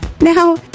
Now